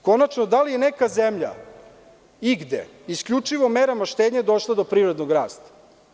Konačno, da li je neka zemlja, igde, isključivo merama štednje došla do privrednog rasta?